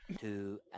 Two